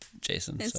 jason